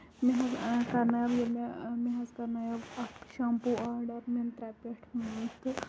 مےٚ حظ کَرنایاو مےٚ مےٚ حظ کَرنایا و اکھ شیمپوٗ آرڈر مِنترا پٮ۪ٹھ تہٕ